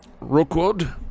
Rookwood